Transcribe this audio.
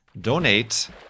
donate